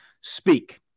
speak